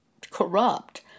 corrupt